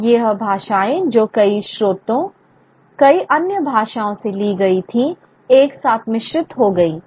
और यह भाषाएं जो कई स्रोतों कई अन्य भाषाओं से ली गईं थी एक साथ मिश्रित हो गईं